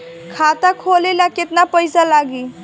खाता खोले ला केतना पइसा लागी?